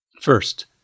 First